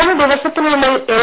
മൂന്ന് ദിവസത്തിനുള്ളിൽ എൽ